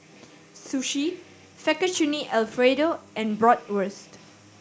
Sushi Fettuccine Alfredo and Bratwurst